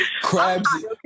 crabs